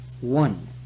one